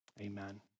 Amen